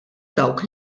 dawk